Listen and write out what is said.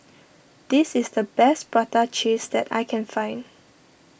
this is the best Prata Cheese that I can find